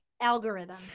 Algorithm